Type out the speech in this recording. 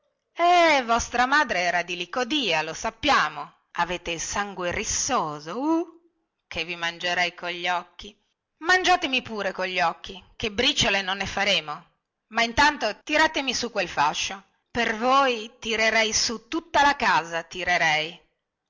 eh vostra madre era di licodia lo sappiamo avete il sangue rissoso uh che vi mangerei cogli occhi mangiatemi pure cogli occhi che briciole non ne faremo ma intanto tiratemi su quel fascio per voi tirerei su tutta la casa tirerei